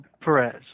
Perez